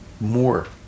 more